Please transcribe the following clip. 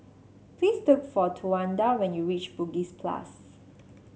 please look for Towanda when you reach Bugis Plus